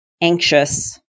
anxious